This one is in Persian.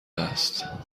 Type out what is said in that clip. است